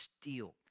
steal